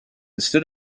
stood